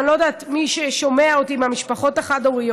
ואני לא יודעת מי שומע אותי מהמשפחות החד-הוריות,